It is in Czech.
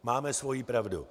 Máme svoji pravdu.